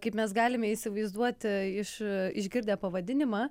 kaip mes galime įsivaizduoti iš išgirdę pavadinimą